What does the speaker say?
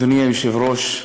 אדוני היושב-ראש,